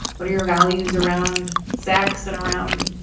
what are your values around sex and around.